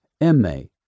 M-A